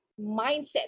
mindset